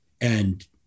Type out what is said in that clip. And-